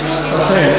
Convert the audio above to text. נכון,